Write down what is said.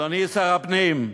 אדוני שר הפנים,